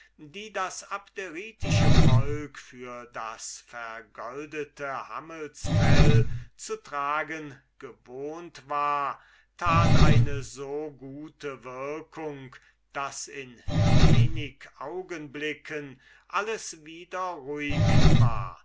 die das abderitische volk für das vergoldete hammelsfell zu tragen gewohnt war tat eine so gute wirkung daß in wenig augenblicken alles wieder ruhig war